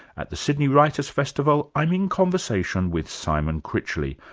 at the sydney writers' festival i'm in conversation with simon critchley,